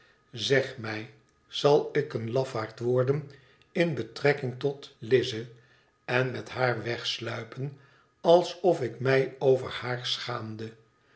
zeg mij zal ik een lafaard worden in betrekking tot lize en met haar wegsluipen alsof ik mij over haar schaamde